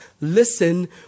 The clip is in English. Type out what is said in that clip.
Listen